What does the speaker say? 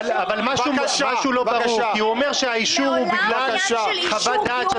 אבל משהו לא ברור כי הוא אומר שהאישור הוא בגלל חוות דעת של